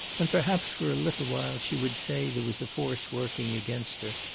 and perhaps for a little while she would say there was a force working against her,